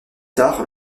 tard